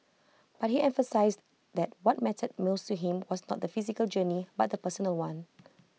but he emphasised that what mattered most to him was not the physical journey but the personal one